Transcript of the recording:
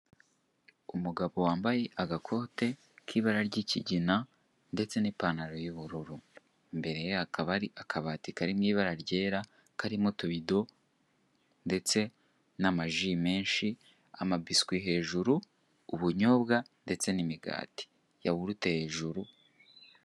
Umugabo wambaye agakoti k'ibara ry'ikigina ndetse n'ipantaro y'ubururu imbere ye hakaba hari akabati kari mu ibara ryera, karimo utubido ndetse n'amaji menshi, amabiswi hejuru, ubunyobwa, ndetse n'imigati yawurute hejuru.